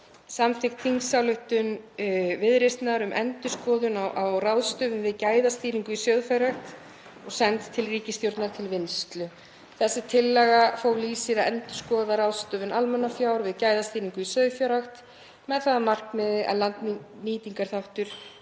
samþykkt þingsályktun Viðreisnar um endurskoðun á ráðstöfun almannafjár við gæðastýringu í sauðfjárrækt og send til ríkisstjórnar til vinnslu. Þessi tillaga fól í sér að endurskoða ráðstöfun almannafjár við gæðastýringu í sauðfjárrækt með það að markmiði að landnýtingarþáttur